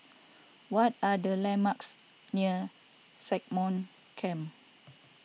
what are the landmarks near Stagmont Camp